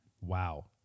Wow